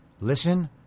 Listen